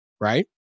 right